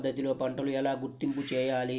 సేంద్రియ పద్ధతిలో పంటలు ఎలా గుర్తింపు చేయాలి?